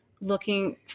looking